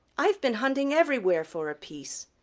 i've been hunting everywhere for a piece,